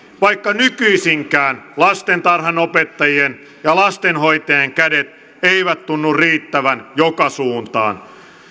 vaikka nykyisinkään lastentarhanopettajien ja lastenhoitajien kädet eivät tunnu riittävän joka suuntaan